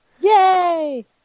Yay